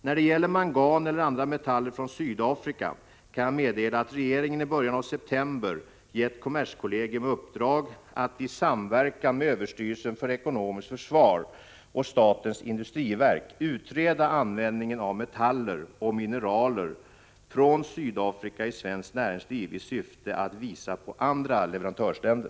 När det gäller mangan och andra metaller från Sydafrika kan jag meddela att regeringen i början av september gett kommerskollegium i uppdrag att i samverkan med överstyrelsen för ekonomiskt försvar och statens industriverk utreda användningen av metaller och mineral från Sydafrika i svenskt näringsliv i syfte att visa på andra leverantörsländer.